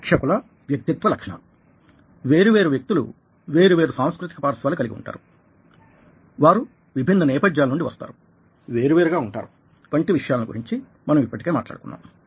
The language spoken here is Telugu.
ప్రేక్షకుల వ్యక్తిత్వ లక్షణాలు వేరు వేరు వ్యక్తులు వేరు వేరు సాంస్కృతిక పార్శ్వాలు కలిగి ఉంటారు వారు విభిన్న నేపథ్యాల నుండి వస్తారు వేరు వేరుగా ఉంటారు వంటి విషయాలను గురించి మనం ఇప్పటికే మాట్లాడుకున్నాం